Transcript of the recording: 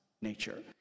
nature